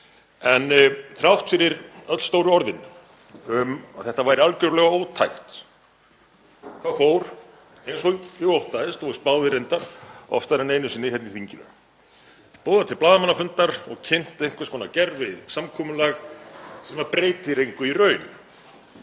En þrátt fyrir öll stóru orðin um að þetta væri algjörlega ótækt þá fór eins og ég óttaðist og spáði reyndar oftar en einu sinni hér í þinginu; boðað var til blaðamannafundar og kynnt einhvers konar gervisamkomulag sem breytir engu í raun.